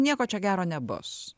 nieko čia gero nebus